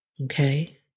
Okay